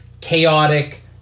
chaotic